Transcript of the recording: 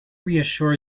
reassure